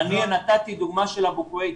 אני נתתי דוגמא של אבו קוידר,